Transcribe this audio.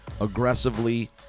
aggressively